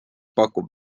pakub